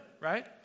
right